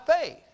faith